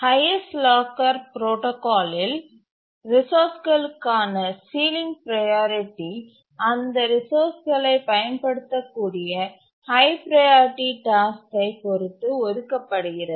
highest locker புரோடாகாலில் ரிசோர்ஸ்களுக்கான ceiling priority அந்த ரிசோர்ஸ்களைப் பயன்படுத்தக்கூடிய ஹய் ப்ரையாரிட்டி டாஸ்க்கை பொறுத்து ஒதுக்கப்படுகிறது